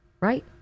right